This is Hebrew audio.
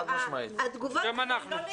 גם אנחנו.